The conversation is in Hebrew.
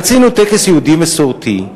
רצינו טקס יהודי מסורתי,